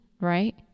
right